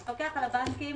המפקח על הבנקים